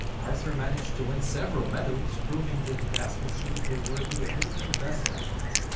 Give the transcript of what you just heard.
arthur managed to win several medals, proving that the dassler's shoes were worthy of even the best athletes.